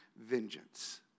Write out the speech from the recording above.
vengeance